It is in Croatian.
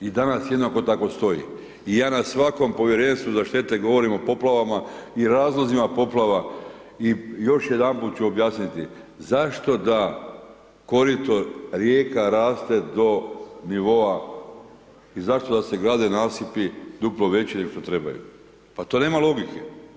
I danas jednako tako stoji i ja na svakom povjerenstvu za štete govorim o poplavama i razlozima poplava i još jedanput ću objasniti zašto da korito rijeka raste do nivoa i zašto da se grade nasipi duplo veći neg što trebaju, pa to nema logike.